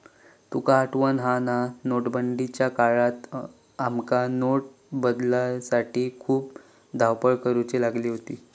तुका आठवता हा ना, नोटबंदीच्या काळात आमका नोट बदलूसाठी खूप धावपळ करुची लागली होती